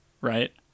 right